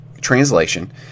translation